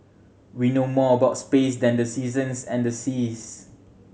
we know more about space than the seasons and the seas